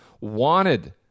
wanted